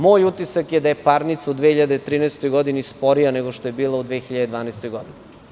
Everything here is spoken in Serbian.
Moj utisak je da je parnica u 2013. godini sporija, nego što je bila u 2012. godini.